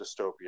dystopia